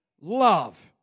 love